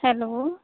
hello